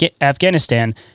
Afghanistan